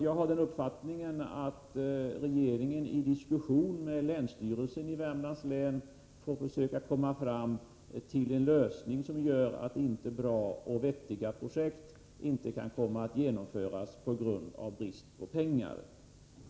Jag har uppfattningen att regeringen i diskussion med länsstyrelsen i Värmlands län får försöka komma fram till en lösning som gör att bra och viktiga projekt inte hindras från att genomföras på grund av brist på pengar.